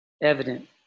Evident